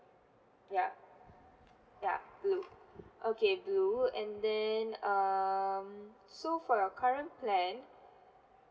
yup ya blue okay blue and then um so for your current plan